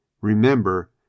remember